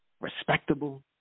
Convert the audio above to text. respectable